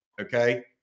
Okay